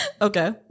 Okay